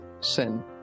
sin